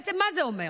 בעצם מה זה אומר?